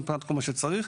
מבחינת כל מה שצריך,